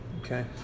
okay